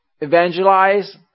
evangelize